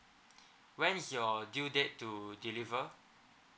when is your due date to deliver